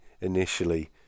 initially